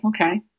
Okay